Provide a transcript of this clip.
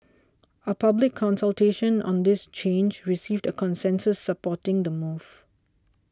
a public consultation on this change received a consensus supporting the move